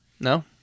No